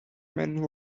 men